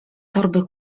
torby